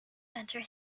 enter